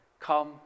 Come